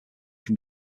can